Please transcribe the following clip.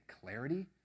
clarity